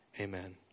Amen